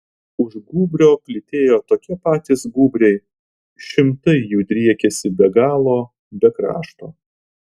už gūbrio plytėjo tokie patys gūbriai šimtai jų driekėsi be galo be krašto